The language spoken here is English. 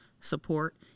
support